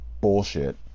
Bullshit